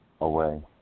away